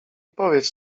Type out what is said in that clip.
powiedz